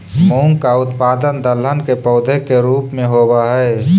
मूंग का उत्पादन दलहन के पौधे के रूप में होव हई